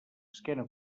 esquena